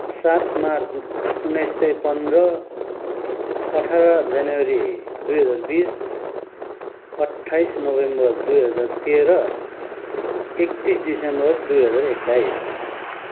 सात मार्च उन्नाइस सय पन्ध्र अठार जनवरी दुई हजार बिस अट्ठाइस नोभेम्बर दुई हजार तेह्र एक्कतिस दिसम्बर दुई हजार एक्काइस